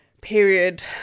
period